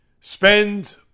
spend